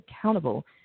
accountable